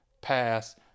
Pass